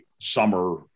summer